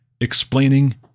explaining